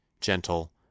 gentle